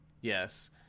Yes